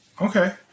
Okay